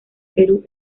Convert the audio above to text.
perú